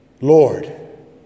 Lord